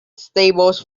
stables